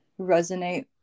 resonate